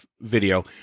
video